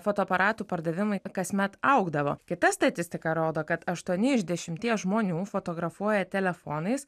fotoaparatų pardavimai kasmet augdavo kita statistika rodo kad aštuoni iš dešimties žmonių fotografuoja telefonais